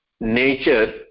nature